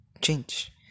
change